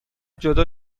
جدا